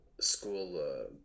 School